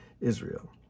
Israel